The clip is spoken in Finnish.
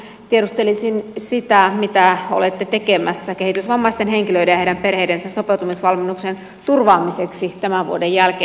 tiedustelisin sitä mitä olette tekemässä kehitysvammaisten henkilöiden ja heidän perheidensä sopeutumisvalmennuksen turvaamiseksi tämän vuoden jälkeen